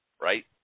Right